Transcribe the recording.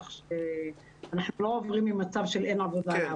כך שאנחנו לא עוברים ממצד של אין עבודה למצב של עבודה.